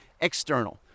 external